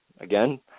again